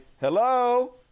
hello